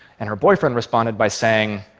and her boyfriend responded by saying,